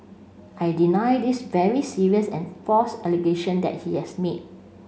I deny this very serious and false allegation that he has made